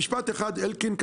משפט אחד אלקין,